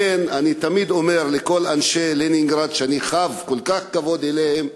לכן אני תמיד אומר לכל אנשי לנינגרד שאני חב כל כך הרבה כבוד אליהם: